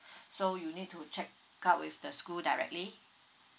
so you need to check up with the school directly